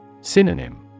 Synonym